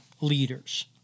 leaders